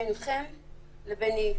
ביניכם לביני.